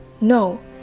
No